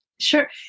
Sure